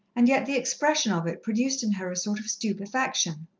and yet the expression of it produced in her a sort of stupefaction.